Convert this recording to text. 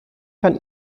kann